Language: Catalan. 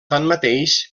tanmateix